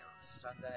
Sunday